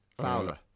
Fowler